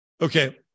Okay